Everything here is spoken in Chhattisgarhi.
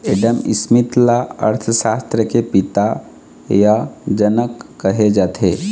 एडम स्मिथ ल अर्थसास्त्र के पिता य जनक कहे जाथे